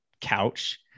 couch